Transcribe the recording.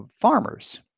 farmers